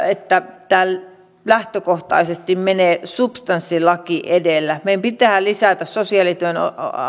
että tämä lähtökohtaisesti menee substanssilaki edellä meidän pitää lisätä sosiaalityön